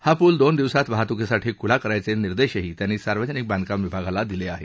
हा पूल दोन दिवसांत वाहतुकीसाठी खुला करायचे निर्देशही त्यांनी सार्वजनिक बांधकाम विभागाला दिले आहेत